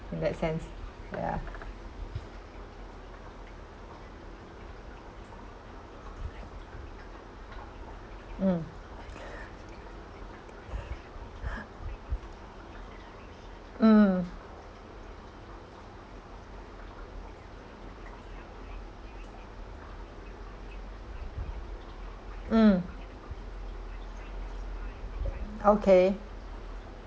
in that sense yeah mm mm mm okay